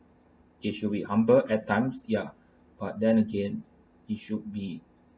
it should be humble at times yeah but then again it should be it should